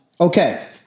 okay